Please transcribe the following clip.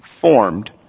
formed